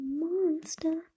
monster